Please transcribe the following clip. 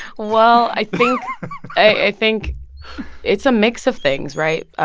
well, i think i think it's a mix of things right?